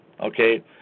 Okay